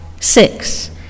Six